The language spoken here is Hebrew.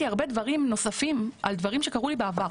הרבה דברים נוספים על מה שקרה לי בעבר